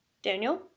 Daniel